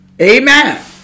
Amen